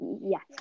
yes